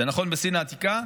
זה נכון בסין העתיקה,